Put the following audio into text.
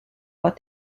pas